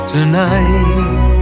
Tonight